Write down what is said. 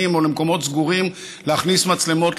או למקומות סגורים להכניס מצלמות,